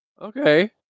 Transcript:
okay